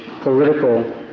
political